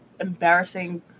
embarrassing